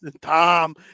Tom